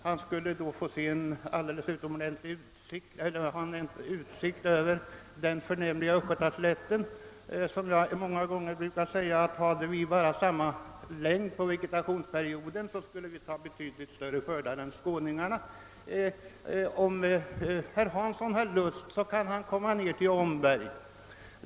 Där skulle han få en alldeles utomordentlig utsikt över den förnämliga Östgötaslätten, där vi, som jag många gånger framhållit, skulle få betydligt större skördar än skåningarna om vegetationsperioden vore lika lång som Skånes. Om herr Hansson har lust kan han komma ned till Omberg.